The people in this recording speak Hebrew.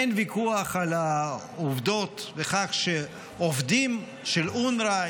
אין ויכוח על העובדות בכך שעובדים של אונר"א,